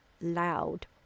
loud